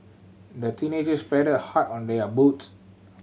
the teenagers paddled hard on their boats